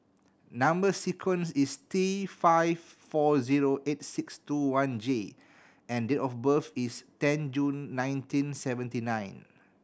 number sequence is T five four zero eight six two one J and date of birth is ten June nineteen seventy nine